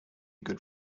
good